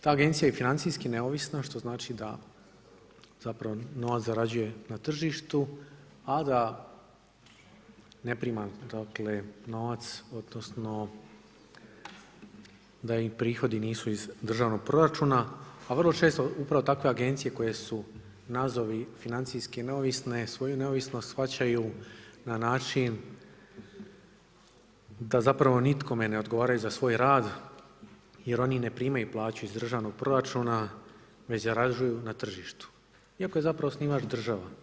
Ta agencija je i financijski neovisna, što znači da zapravo novac zarađuje na tržištu, a da ne prima dotle novac odnosno da im prihodi nisu iz državnog proračuna, a vrlo često upravo takve agencije koje su nazovi financijski neovisne, svoju neovisnost shvaćaju na način da zapravo nikome ne odgovaraju za svoj rad jer oni ne primaju plaću iz državnog proračuna već zarađuju na tržištu, iako je zapravo osnivač država.